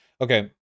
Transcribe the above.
Okay